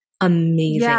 amazing